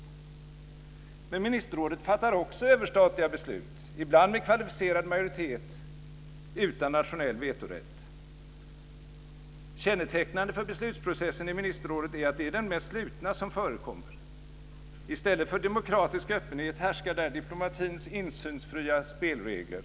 Men ministerrådet fattar också överstatliga beslut, ibland med kvalificerad majoritet utan nationell vetorätt. Kännetecknande för beslutsprocessen i ministerrådet är att den är den mest slutna som förekommer. I stället för demokratisk öppenhet härskar där diplomatins insynsfria spelregler.